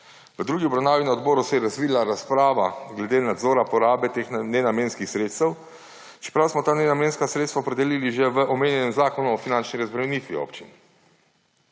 V drugi obravnavi na odboru se je razvila razprava glede nadzora porabe teh nenamenskih sredstev, čeprav smo ta nenamenska sredstva opredelili že v omenjenem Zakonu o finančni razbremenitvi občin.